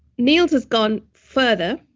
niels has gone further.